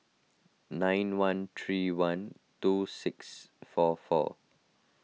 nine one three one two six four four